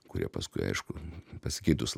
kurie paskui aišku pasikeitus